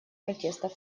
протестов